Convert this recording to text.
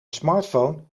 smartphone